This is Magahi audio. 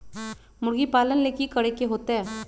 मुर्गी पालन ले कि करे के होतै?